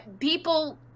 people